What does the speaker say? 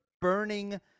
burning